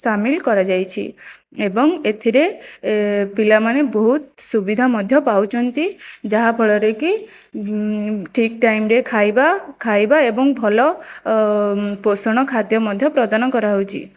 ସାମିଲ୍ କରାଯାଇଛି ଏବଂ ଏଥିରେ ପିଲାମାନେ ବହୁତ ସୁବିଧା ମଧ୍ୟ ପାଉଛନ୍ତି ଯାହା ଫଳରେକି ଠିକ୍ ଟାଇମ୍ରେ ଖାଇବା ଖାଇବା ଏବଂ ଭଲ ଭଲ ପୋଷଣ ଖାଦ୍ୟ ମଧ୍ୟ ପ୍ରଦାନ କରାହେଉଛି